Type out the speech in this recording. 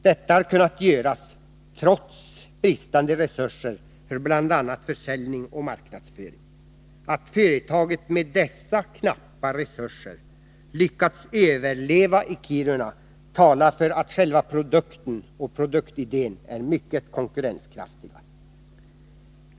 Detta har kunnat göras trots bristande resurser för bl.a. försäljning och marknadsföring. Att företaget med dessa knappa resurser lyckats överleva i Kiruna talar för att själva produkten och produktidén är mycket konkurrenskraftig.